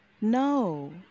no